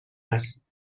است